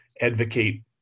advocate